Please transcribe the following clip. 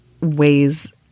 ways